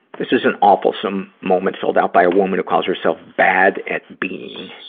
this is an awfulsome moment filled out by a woman who calls herself bad at being.